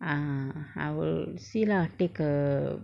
ah I will see lah take a